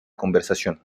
conversación